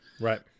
Right